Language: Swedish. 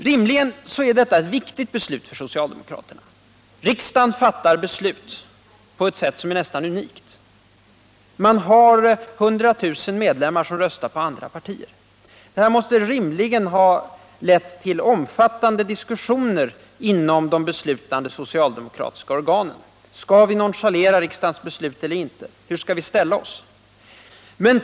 Rimligen är detta en viktig fråga för socialdemokraterna. Riksdagen fattar beslut i frågan på ett sätt som är nästan unikt, och partiet har 100 000 medlemmar som röstar på andra partier. Detta förhållande måste rimligen ha lett till omfattande diskussioner inom de beslutande socialdemokratiska organen. Man måste där ha frågat sig: Skall vi nonchalera riksdagens beslut eller inte? Hur skall vi förhålla oss?